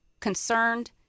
concerned